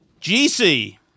GC